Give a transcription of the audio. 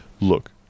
look